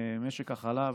משק החלב,